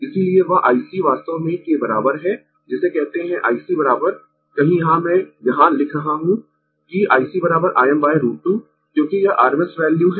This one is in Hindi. इसीलिए वह IC वास्तव में के बराबर है जिसे कहते है IC कहीं यहाँ मैं यहां लिख रहा हूं कि ICIm√ 2 क्योंकि यह rms वैल्यू है